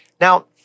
Now